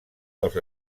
dels